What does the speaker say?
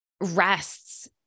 rests